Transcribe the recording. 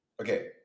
Okay